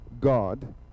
God